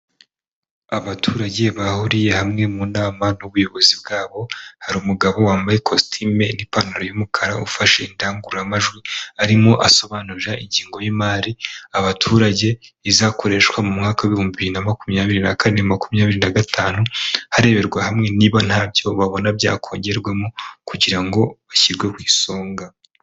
Abaturage bahuriye hamwe mu nama n'ubuyobozi bwabo, hari umugabo wambaye kositime n'ipantaro y'umukara ufashe indangururamajwi arimo asobanurira ingengo y'imari abaturage izakoreshwa mu mwaka w'ibihumbi bibiri na makumyabiri na kane, makumyabiri na gatanu; hareberwa hamwe niba ntabyo babona byakongerwamo kugira ngo bashyirwe ku isonga.